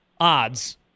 odds